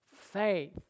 faith